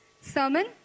sermon